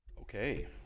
Okay